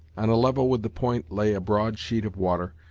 on a level with the point lay a broad sheet of water,